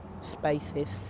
spaces